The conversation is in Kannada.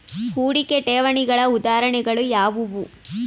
ಹೂಡಿಕೆ ಠೇವಣಿಗಳ ಉದಾಹರಣೆಗಳು ಯಾವುವು?